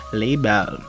label